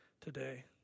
today